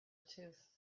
tooth